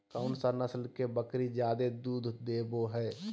कौन सा नस्ल के बकरी जादे दूध देबो हइ?